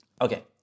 Okay